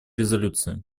резолюции